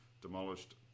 demolished